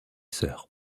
sœurs